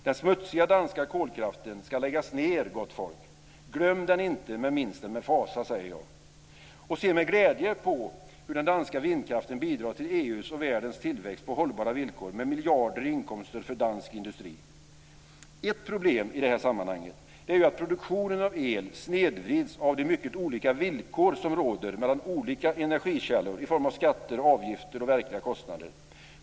Den smutsiga danska kolkraften ska läggas ned, gott folk. Glöm den inte, men minns den med fasa! Se med glädje på hur den danska vindkraften bidrar till EU:s och världens tillväxt på hållbara villkor med miljarder i inkomster för dansk industri. Ett problem i sammanhanget är att produktionen av el snedvrids av de mycket olika villkor som råder mellan olika energikällor i form av skatter, avgifter och verkliga kostnader.